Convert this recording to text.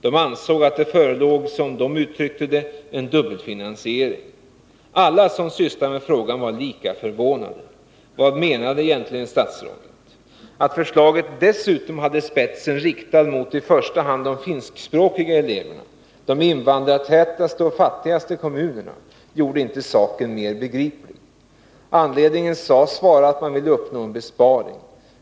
Man ansåg att det förelåg, som man uttryckte det, en dubbelfinansiering. Alla som sysslar med frågan var lika förvånade. Vad menade egentligen statsrådet? Att förslaget dessutom hade spetsen riktad mot i första hand de finskspråkiga eleverna och de invandrartätaste och fattigaste kommunerna gjorde inte saken mer begriplig. Anledningen sades vara att man ville uppnå en besparing.